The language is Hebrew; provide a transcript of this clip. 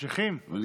ממשיכים בפרק.